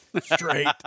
straight